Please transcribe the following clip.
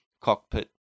cockpit